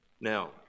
Now